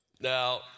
Now